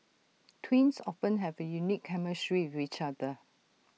twins often have A unique chemistry with each other